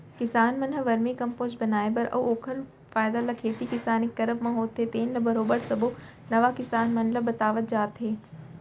किसान मन ह वरमी कम्पोस्ट बनाए बर अउ ओखर फायदा ल खेती किसानी के करब म होथे तेन ल बरोबर सब्बो नवा किसान मन ल बतावत जात हे